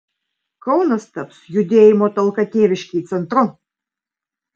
kaunas taps judėjimo talka tėviškei centru